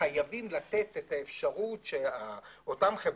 חייבים לתת אפשרות לאותן חברות.